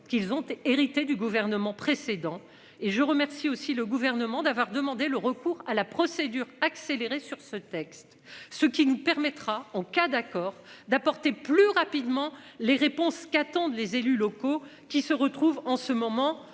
qu'ils ont hérité du gouvernement précédent et je remercie aussi le gouvernement d'avoir demandé le recours à la procédure accélérée sur ce texte, ce qui nous permettra en cas d'accord d'apporter plus rapidement les réponses qu'attendent les élus locaux qui se retrouvent en ce moment